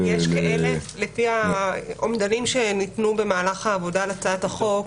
לפי האומדנים שניתנו במהלך העבודה על הצעת החוק,